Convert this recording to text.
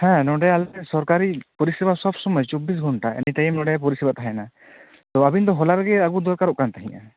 ᱦᱮᱸ ᱱᱚᱰᱮ ᱟᱞᱮ ᱥᱚᱨᱠᱟᱨᱤ ᱯᱚᱨᱤᱥᱮᱵᱟ ᱥᱚᱥᱳᱢᱚᱭ ᱪᱚᱵᱵᱤᱥ ᱜᱷᱚᱱᱴᱟ ᱮᱱᱤ ᱴᱟᱭᱤᱢ ᱱᱚᱰᱮ ᱯᱚᱨᱤᱥᱮᱵᱟ ᱛᱟᱸᱦᱮᱱᱟ ᱛᱳ ᱟᱹᱵᱤᱱ ᱫᱚ ᱦᱚᱞᱟ ᱨᱮᱜᱮ ᱟᱹᱜᱩ ᱫᱚᱨᱠᱟᱨᱚᱜ ᱛᱟᱸᱦᱮᱱᱟ